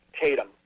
Tatum